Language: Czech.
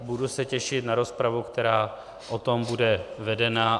Budu se těšit na rozpravu, která o tom bude vedena.